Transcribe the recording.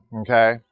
okay